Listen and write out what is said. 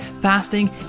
fasting